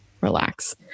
Relax